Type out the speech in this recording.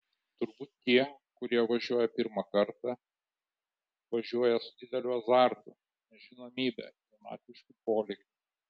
turbūt tie kurie važiuoja pirmą kartą važiuoja su dideliu azartu nežinomybe jaunatvišku polėkiu